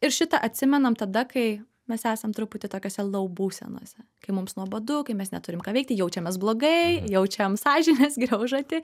ir šita atsimenam tada kai mes esam truputį tokiose lou būsenose kai mums nuobodu kai mes neturim ką veikti jaučiamės blogai jaučiam sąžinės graužatį